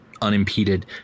unimpeded